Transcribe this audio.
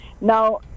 now